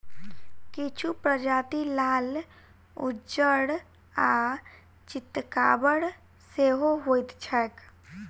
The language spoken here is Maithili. किछु प्रजाति लाल, उज्जर आ चितकाबर सेहो होइत छैक